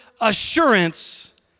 assurance